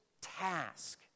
task